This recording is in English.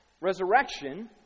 resurrection